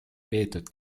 peetud